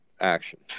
action